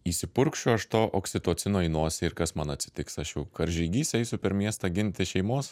įsipurkšiu aš to oksitocino į nosį ir kas man atsitiks aš jau karžygys eisiu per miestą ginti šeimos